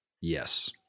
Yes